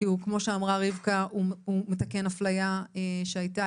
כי כמו שאמרה רבקה, הוא מתקן אפליה שהייתה.